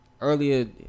earlier